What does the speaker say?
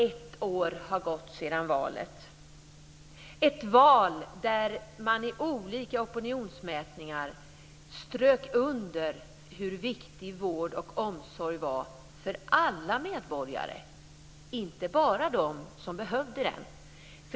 Ett år har gått sedan valet - ett val där man i olika opinionsmätningar strök under hur viktig vård och omsorg var för alla medborgare, inte bara dem som behövde den.